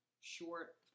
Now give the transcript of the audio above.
short